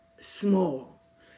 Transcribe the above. small